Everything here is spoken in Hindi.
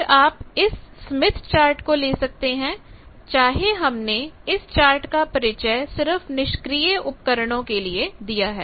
फिर आप इस स्मिथ चार्ट को ले सकते हैं चाहे हमने इस चार्ट का परिचय सिर्फ निष्क्रिय उपकरणों के लिए दिया है